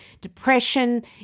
depression